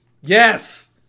Yes